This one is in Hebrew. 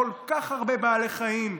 כל כך הרבה בעלי חיים?